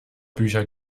bücher